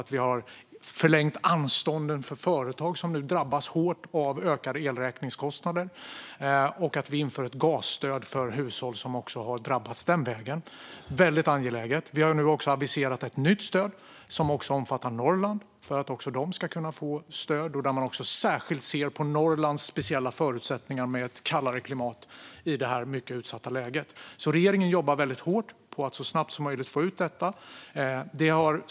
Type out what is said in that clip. Anstånden för företag som drabbas hårt av ökade elräkningskostnader förlängs, och ett gasstöd införs för hushåll som också har drabbats den vägen. Det är mycket angeläget. Vi har också aviserat ett nytt stöd som omfattar Norrland, så att också de ska få stöd. Vi tittar i detta utsatta läge särskilt på förutsättningarna i Norrland med ett kallare klimat. Regeringen jobbar hårt på att så snabbt som möjligt få ut detta.